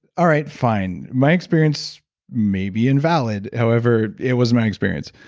all right, fine. my experience may be invalid, however, it was my experience.